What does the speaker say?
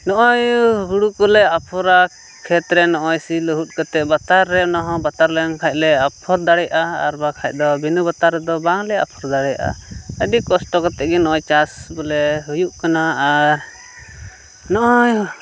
ᱱᱚᱜᱼᱚᱭ ᱦᱩᱲᱩ ᱠᱚᱞᱮ ᱟᱯᱷᱚᱨᱟ ᱠᱷᱮᱛ ᱨᱮ ᱱᱚᱜᱼᱚᱭ ᱥᱤ ᱞᱟᱹ ᱦᱩᱫ ᱠᱟᱛᱮᱫ ᱵᱟᱛᱟᱨ ᱨᱮ ᱚᱱᱟᱦᱚᱸ ᱵᱟᱛᱟᱨ ᱞᱮᱱ ᱠᱷᱟᱱ ᱞᱮ ᱟᱯᱷᱚᱨ ᱫᱟᱲᱮᱭᱟᱜᱼᱟ ᱟᱨ ᱵᱟᱠᱷᱟᱡ ᱫᱚ ᱵᱤᱱᱟᱹ ᱵᱟᱛᱟᱨ ᱨᱮᱫᱚ ᱵᱟᱝᱞᱮ ᱟᱯᱷᱚᱨ ᱫᱟᱲᱮᱭᱟᱜᱼᱟ ᱟᱹᱰᱤ ᱠᱚᱥᱴᱚ ᱠᱟᱛᱮᱫ ᱜᱮ ᱱᱚᱜᱼᱚᱭ ᱪᱟᱥ ᱵᱚᱞᱮ ᱦᱩᱭᱩᱜ ᱠᱟᱱᱟ ᱟᱨ ᱱᱚᱜᱼᱚᱭ